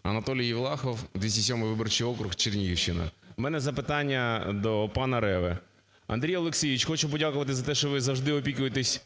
ЄВЛАХОВ А.С. Анатолій Євлахов, 207 виборчий округ, Чернігівщина. В мене запитання до пана Реви. Андрій Олексійович, хочу подякувати за те, що ви завжди опікуєтесь